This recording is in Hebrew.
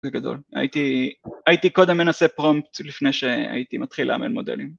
זה גדול, הייתי קודם מנסה פרומפט לפני שהייתי מתחיל לאמן מודלים.